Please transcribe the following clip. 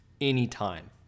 anytime